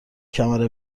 کمر